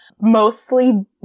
Mostly